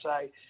say